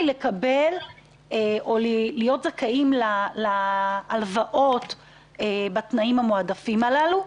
לקבל או להיות זכאים להלוואות בתנאים המועדפים הללו?